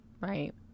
Right